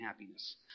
happiness